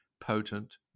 potent